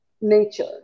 nature